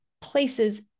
places